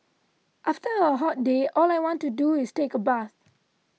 after a hot day all I want to do is take a bath